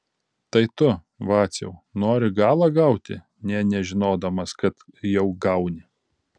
tai tu vaciau nori galą gauti nė nežinodamas kad jau gauni